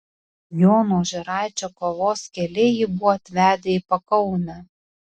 jono ožeraičio kovos keliai jį buvo atvedę į pakaunę